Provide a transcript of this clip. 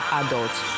adults